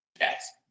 yes